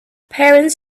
parents